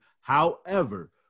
However-